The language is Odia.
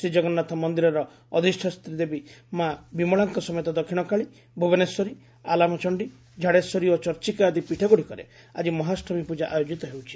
ଶ୍ରୀଜଗନ୍ନାଥ ମନ୍ଦିରର ଅଧିଷାତ୍ରୀ ଦେବୀ ମା' ବିମଳାଙ୍କ ସମେତ ଦକ୍ଷିଣକାଳୀ ଭୁବନେଶ୍ୱରୀ ଆଲାମଚଣ୍ଡୀ ଝାଡେଶ୍ୱରୀ ଓ ଚଚ୍ଚିକା ଆଦି ପୀଠ ଗୁଡ଼ିକରେ ଆଜି ମହାଅଷ୍ଟମୀ ପ୍ରଜା ଆୟୋଜିତ ହେଉଛି